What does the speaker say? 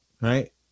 right